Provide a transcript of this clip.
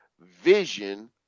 vision